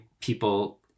people